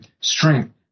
strength